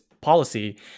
policy